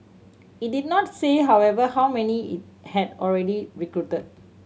it did not say however how many it had already recruited